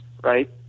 right